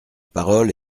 parole